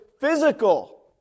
physical